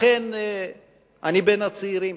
אכן אני בין הצעירים.